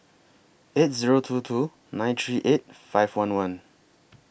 eight Zero two two nine three eight five one one